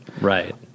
Right